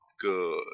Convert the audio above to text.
Good